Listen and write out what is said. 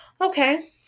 Okay